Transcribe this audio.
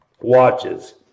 watches